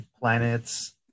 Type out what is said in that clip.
planets